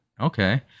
Okay